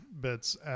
bits